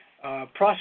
process